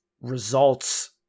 results